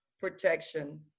protection